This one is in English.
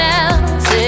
else